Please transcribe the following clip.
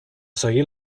seguir